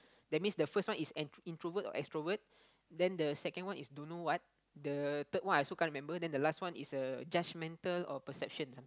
that means the first one is an introvert or extrovert then the second one is don't know what the third I also can't remember then the last one is a judgmental or perception something